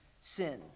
sin